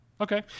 Okay